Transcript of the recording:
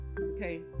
Okay